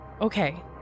Okay